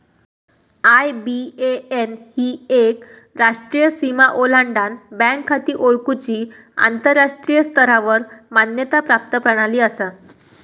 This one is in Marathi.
आय.बी.ए.एन ही एक राष्ट्रीय सीमा ओलांडान बँक खाती ओळखुची आंतराष्ट्रीय स्तरावर मान्यता प्राप्त प्रणाली असा